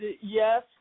yes